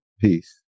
Peace